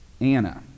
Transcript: Anna